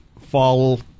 fall